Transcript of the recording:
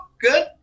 good